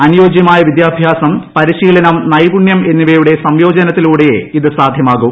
അനുയോജ്യമായ വിദ്യാഭ്യാസം പരിശീലനം നൈപുണ്യം എന്നിവയുടെ സംയോജനത്തിലൂടെയേ ഇത് സാധ്യമാകൂ